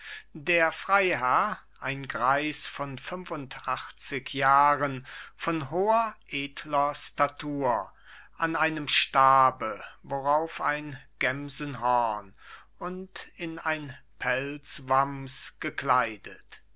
der freiherr ein greis von fünfundachtzig jahren von hoher edler statur an einem stabe worauf ein gemsenhorn und in ein pelzwams gekleidet